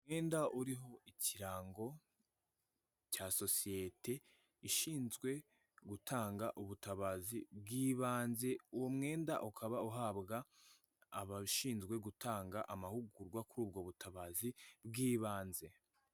Umwenda uriho ikirango cya sosiyete ishinzwe gutanga ubutabazi bw'ibanze, uwo mwenda ukaba uhabwa abashinzwe gutanga amahugurwa kuri ubwo butabazi bw'ibanze.